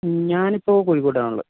ഞാനിപ്പോൾ കോഴിക്കോട് ആണുള്ളത്